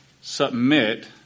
submit